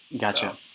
Gotcha